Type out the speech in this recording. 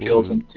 thousand